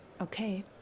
Okay